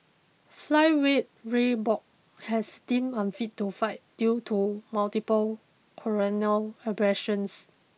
flyweight Ray Borg has deemed unfit to fight due to multiple corneal abrasions